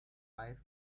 i’ve